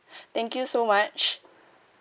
thank you so much